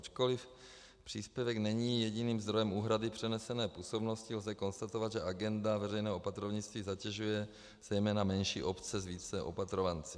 Ačkoliv příspěvek není jediným zdrojem úhrady v přenesené působnosti, lze konstatovat, že agenda veřejného opatrovnictví zatěžuje zejména menší obce s více opatrovanci.